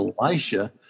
Elisha